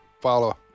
follow